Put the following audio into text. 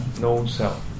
No-self